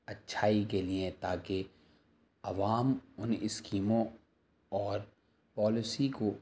اچھائی کے لیے تاکہ عوام ان اسکیموں اور پالیسی کو